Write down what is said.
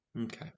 okay